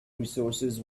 resources